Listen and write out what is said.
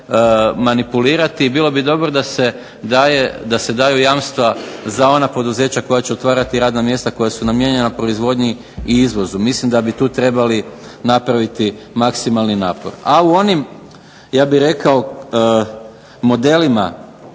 manipulirati. Bilo bi dobro da se daju jamstva za ona poduzeća koja će otvarati radna mjesta koja su namijenjena proizvodnji i izvozu. Mislim da bi tu trebali napraviti maksimalni napor. A u onim, ja bih rekao modelima,